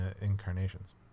incarnations